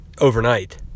overnight